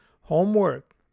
Homework